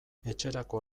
etxerako